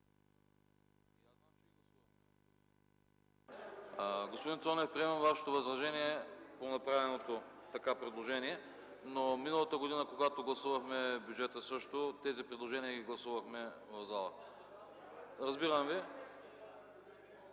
Господин Цонев, приемам Вашето възражение по направеното предложение. Когато миналата година гласувахме бюджета, тези предложения ги гласувахме в залата. Разбирам Ви.